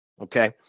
okay